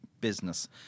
business